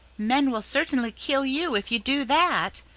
men will certainly kill you, if you do that,